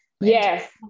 Yes